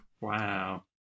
Wow